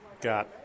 got